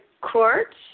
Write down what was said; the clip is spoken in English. courts